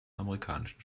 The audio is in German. amerikanischen